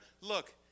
look